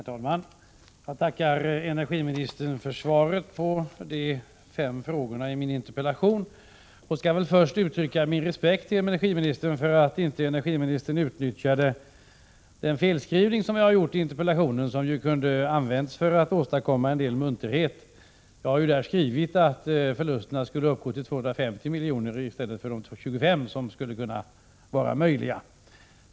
Herr talman! Jag tackar energiministern för svaret på de fem frågorna i min interpellation. Jag vill först uttrycka min respekt för energiministern för att hon inte utnyttjade den felskrivning jag gjorde i interpellationen, som kunde ha använts för att åstadkomma en del munterhet. Jag har nämligen skrivit att förlusterna skulle uppgå till 250 milj.kr. i stället för de 25 miljoner som skulle kunna vara möjliga.